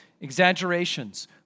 exaggerations